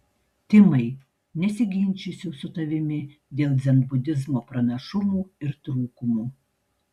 timai nesiginčysiu su tavimi dėl dzenbudizmo pranašumų ir trūkumų